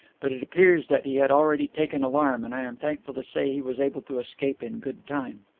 but it appears that he had already taken alarm, and i am thankful to say he was able to escape in good time.